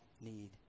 need